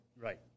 Right